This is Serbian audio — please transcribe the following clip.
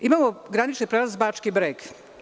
Imamo granični prelaz Bački Breg.